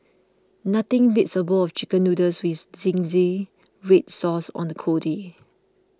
nothing beats a bowl of Chicken Noodles with Zingy Red Sauce on a cold day